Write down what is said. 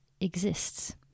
exists